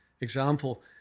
example